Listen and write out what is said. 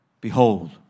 Behold